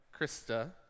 Krista